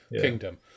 Kingdom